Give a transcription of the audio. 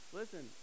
listen